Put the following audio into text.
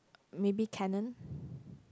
maybe Canon